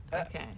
okay